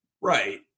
Right